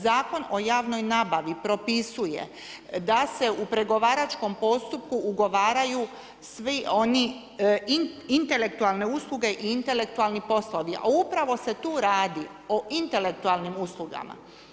Zakon o javnoj nabavi propisuje da se u pregovaračkom postupku ugovaraju svi oni intelektualne usluge i intelektualni poslovi, a upravo se tu radi o intelektualnim uslugama.